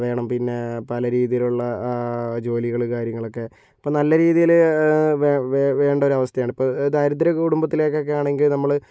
വേണം പിന്നെ പല രീതിയിലുള്ള ജോലികൾ കാര്യങ്ങളൊക്കെ ഇപ്പോൾ നല്ല രീതീൽ വേ വേ വേണ്ടൊരവസ്ഥയാണ് ഇപ്പോൾ ദരിദ്ര കുടുംബത്തിലേക്കൊക്കേയാണെങ്കിൽ നമ്മൾ